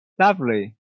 Lovely